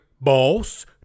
boss